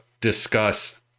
discuss